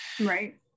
Right